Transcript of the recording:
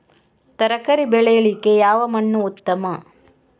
ತರಕಾರಿ ಬೆಳೆಯಲಿಕ್ಕೆ ಯಾವ ಮಣ್ಣು ಉತ್ತಮ?